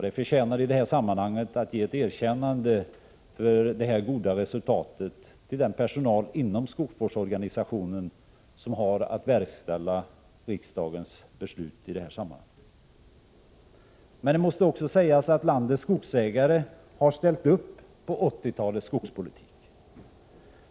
Det förtjänar att i det sammanhanget ge ett erkännande för detta goda resultat till den personal inom skogsvårdsorganisationen som har att verkställa riksdagens beslut i detta sammanhang. Men det måste också sägas att landets skogsägare har ställt upp på 80-talets skogspolitik.